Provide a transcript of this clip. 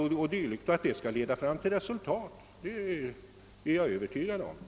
Jag är övertygad om att dessa åtgärder kommer att leda till resultat.